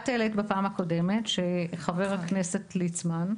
את העלית בפעם הקודמת שחבר הכנסת ליצמן,